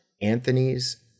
Anthony's